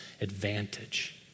advantage